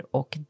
Och